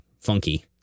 funky